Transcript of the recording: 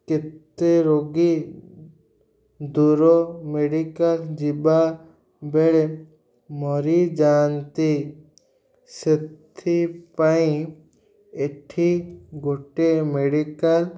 କେତେ ରୋଗୀ ଦୂର ମେଡ଼ିକାଲ୍ ଯିବାବେଳେ ମରିଯାନ୍ତି ସେଥିପାଇଁ ଏଠି ଗୋଟେ ମେଡ଼ିକାଲ୍